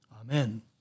Amen